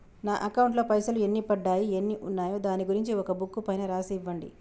నా అకౌంట్ లో పైసలు ఎన్ని పడ్డాయి ఎన్ని ఉన్నాయో దాని గురించి ఒక బుక్కు పైన రాసి ఇవ్వండి?